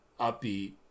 upbeat